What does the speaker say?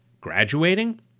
graduating